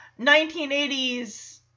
1980s